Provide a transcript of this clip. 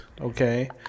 Okay